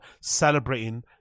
celebrating